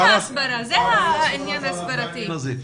זה ההסברה, זה העניין ההסברתי.